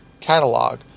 catalog